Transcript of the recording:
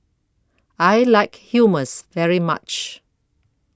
I like Hummus very much